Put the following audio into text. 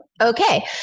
Okay